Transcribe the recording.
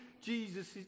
Jesus